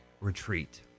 retreat